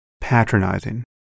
patronizing